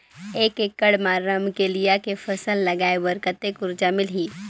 एक एकड़ मा रमकेलिया के फसल लगाय बार कतेक कर्जा मिलही?